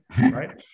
right